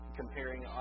comparing